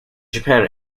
japan